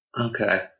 Okay